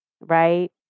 right